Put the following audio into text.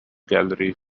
gallery